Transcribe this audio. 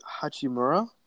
Hachimura